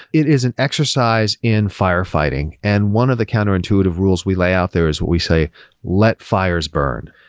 it is an exercise in firefighting, and one of the counterintuitive rules we lay out there is what we say let fires burn,